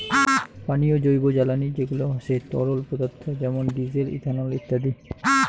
পানীয় জৈবজ্বালানী যেগুলা হসে তরল পদার্থ যেমন ডিজেল, ইথানল ইত্যাদি